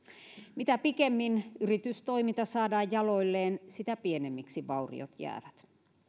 mitä pikemmin yritystoiminta saadaan jaloilleen sitä pienemmiksi vauriot jäävät